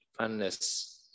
funness